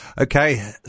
Okay